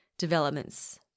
developments